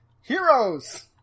Heroes